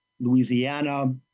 Louisiana